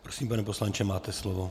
Prosím, pane poslanče, máte slovo.